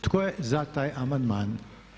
Tko je za taj amandman?